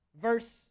Verse